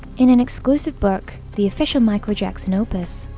in an exclusive book, the official michael jackson opus,